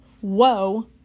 whoa